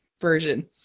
version